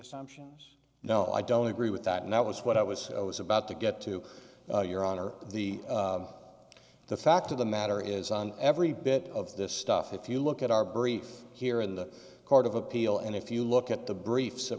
assumptions no i don't agree with that and that was what i was i was about to get to your honor the the fact of the matter is every bit of this stuff if you look at our brief here in the court of appeal and if you look at the briefs that